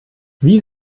wie